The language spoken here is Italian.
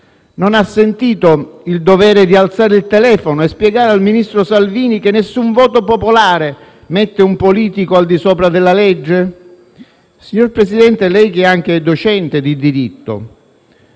non ha sentito il dovere di alzare il telefono e spiegare al ministro Salvini che nessun voto popolare mette un politico al di sopra della legge? [**Presidenza del vice presidente